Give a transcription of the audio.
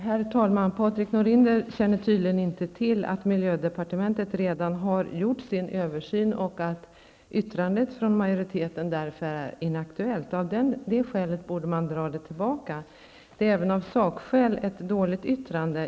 Herr talman! Patrik Norinder känner tydligen inte till att miljödepartementet redan har gjort sin översyn och att yttrandet från majoriteten därför är inaktuellt. Av det skälet borde man dra tillbaka det. Det är även av sakskäl ett dåligt yttrande.